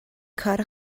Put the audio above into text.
کار